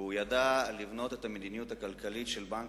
והוא ידע לבנות את המדיניות הכלכלית של בנק